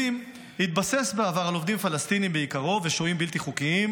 התבסס בעיקרו על עובדים פלסטינים ושוהים בלתי חוקיים,